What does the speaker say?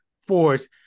force